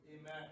Amen